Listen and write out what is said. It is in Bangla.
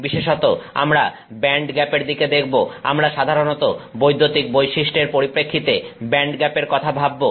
বিশেষত আমরা ব্যান্ডগ্যাপ এর দিকে দেখব আমরা সাধারণত বৈদ্যুতিক বৈশিষ্ট্যের পরিপ্রেক্ষিতে ব্যান্ডগ্যাপের কথা ভাববো